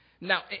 Now